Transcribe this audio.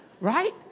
Right